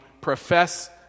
profess